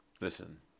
Listen